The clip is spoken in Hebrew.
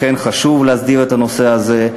לכן חשוב להסדיר את הנושא הזה.